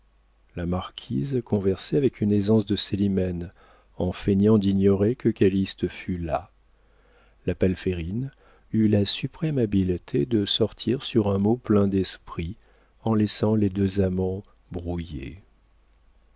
la marquise conversait avec une aisance de célimène en feignant d'ignorer que calyste fût là palférine eut la suprême habileté de sortir sur un mot plein d'esprit en laissant les deux amants brouillés